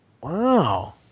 Wow